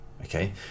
okay